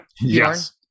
Yes